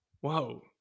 Whoa